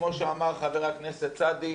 כמו שאמר חבר הכנסת סעדי,